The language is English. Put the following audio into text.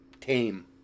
tame